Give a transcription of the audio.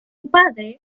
padre